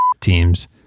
teams